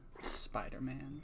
spider-man